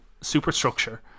superstructure